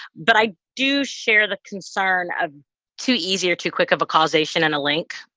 but i do share the concern of too easy or too quick of a causation and a link.